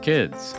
Kids